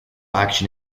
action